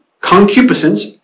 concupiscence